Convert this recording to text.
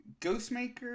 Ghostmaker